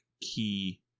key